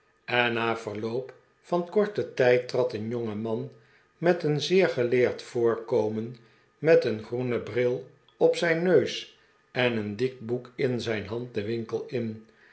en na verloop van korten tijd trad een jongeman met een zeer geleerd voorkomen met een groenen bril op zijn neus en een dik boek in zijn hand den winkel in